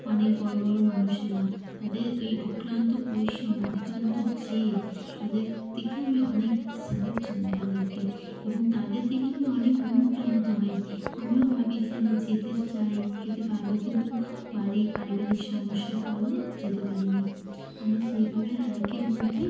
অনেক বড় বড় মানুষেরা তাঁদের ওই অক্লান্ত পরিশ্রম অক্লান্ত জেদ তাদের দেখে আমি অনেক স্যালুট জানাই তাদেরকে এবং তাদের দেখে আমি অনেক অনুপ্রাণিত হই আমিও ভাবি যে আমি যেতে চাই যেতে পারব কিন্তু বাড়ি পারিবারিক সমস্যার কারণে যেতে পারিনি আমি সেইভাবে হাইকের মধ্যে